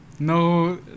No